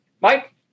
Mike